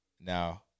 Now